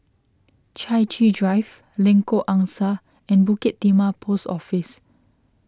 Chai Chee Drive Lengkok Angsa and Bukit Timah Post Office